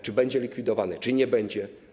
Czy będzie likwidowany, czy nie będzie?